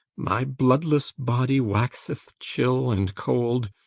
my bloodless body waxeth chill and cold,